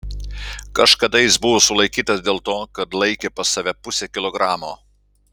kažkada jis buvo sulaikytas dėl to kad laikė pas save pusę kilogramo